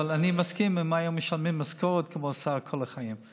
אני מסכים, אם היו משלמים משכורת כמו שר כל החיים.